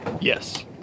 Yes